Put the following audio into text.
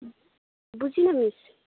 बुझिनँ मिस